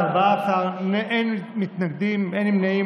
בעד, 14, אין מתנגדים, אין נמנעים.